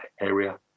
area